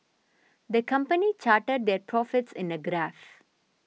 the company charted their profits in a graph